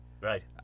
Right